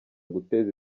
guteza